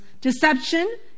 deception